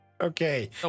Okay